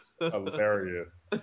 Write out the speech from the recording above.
hilarious